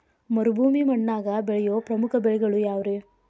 ಮರುಭೂಮಿ ಮಣ್ಣಾಗ ಬೆಳೆಯೋ ಪ್ರಮುಖ ಬೆಳೆಗಳು ಯಾವ್ರೇ?